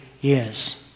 years